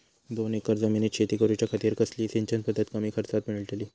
दोन एकर जमिनीत शेती करूच्या खातीर कसली सिंचन पध्दत कमी खर्चात मेलतली?